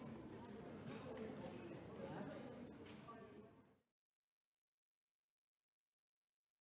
Merci